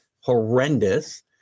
horrendous